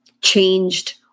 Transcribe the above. changed